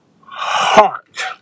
heart